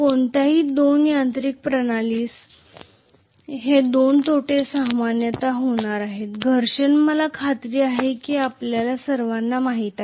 कोणत्याही दोन यांत्रिक प्रणालीसह हे दोन तोटे सामान्यत होणार आहेत घर्षण मला खात्री आहे की आपल्या सर्वांना माहित आहे